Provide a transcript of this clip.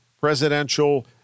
presidential